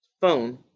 phone